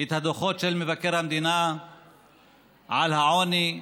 את הדוחות של מבקר המדינה על העוני,